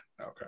Okay